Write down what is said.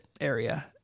area